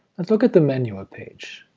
let's look at the manual page.